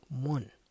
one